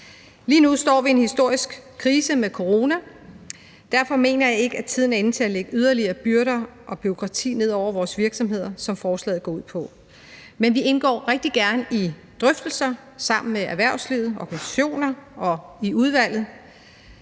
Lige nu står vi i en historisk krise med corona. Derfor mener jeg ikke, at tiden er inde til at lægge yderligere byrder og bureaukrati ned over vores virksomheder, som forslaget går ud på. Men vi indgår rigtig gerne i drøftelser sammen med erhvervslivet og organisationer og i udvalget.